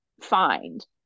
find